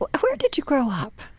ah where did you grow up?